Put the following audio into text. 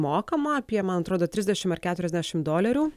mokama apie man atrodo trisdešim ar keturiasdešim dolerių